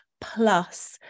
plus